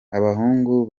abahungu